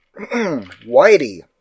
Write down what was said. Whitey